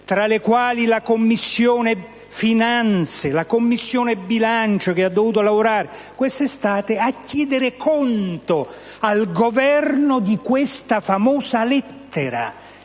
tra le quali la Commissione finanze e la Commissione bilancio (che ha dovuto lavorare quest'estate), a chiedere conto al Governo di questa famosa lettera.